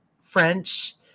French